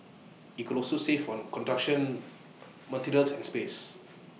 IT could also save on construction materials and space